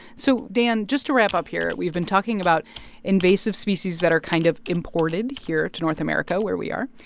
so, dan, just to wrap up here, we've been talking about invasive species that are kind of imported here to north america where we are,